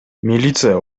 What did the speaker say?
милиция